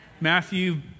Matthew